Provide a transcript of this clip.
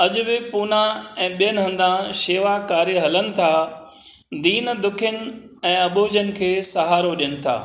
अॼु बि पूना ऐं ॿियनि हंधा शेवा कार्य हलनि था दीन दुखियनि ऐं अॿुजनि खे सहारो ॾियनि था